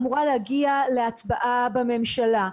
היא אמורה להגיע להצבעה בממשלה.